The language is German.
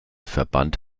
verband